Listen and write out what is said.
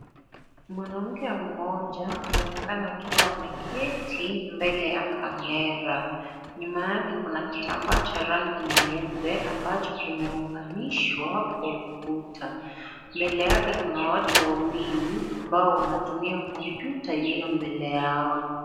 Mwanamke mmoja anaonekana akiwa ameketi mbele ya kamera nyuma yake kuna kitambaa cha rangi nyeupe ambacho kimeunganishwa kwa ukuta mbele yake kuna watu wawili ambao wanatumia kompyuta ilio mbele yao.